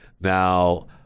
now